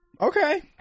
Okay